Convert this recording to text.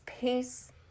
peace